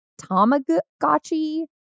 Tamagotchi